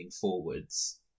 forwards